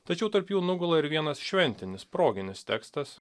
tačiau tarp jų nugula ir vienas šventinis proginis tekstas